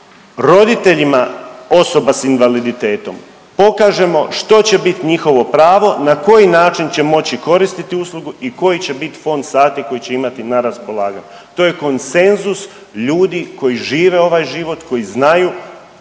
roditeljima osoba s invaliditetom pokažemo što će bit njihovo pravo, na koji način će moći koristiti uslugu i koji će bit fond sati koji će imati na raspolaganju, to je konsenzus ljudi koji žive ovaj život, koji